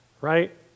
right